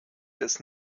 des